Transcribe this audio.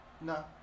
No